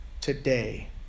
today